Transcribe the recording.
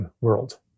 world